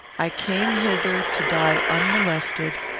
i came hither to die unmolested,